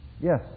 Yes